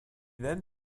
then